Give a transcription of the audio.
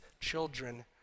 children